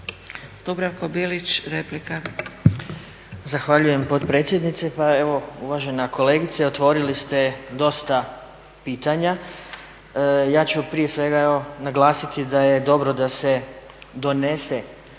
Dubravko (SDP)** Zahvaljujem potpredsjednice. Pa evo uvažena kolegice otvorili ste dosta pitanja. Ja ću prije svega evo naglasiti da je dobro da se donese,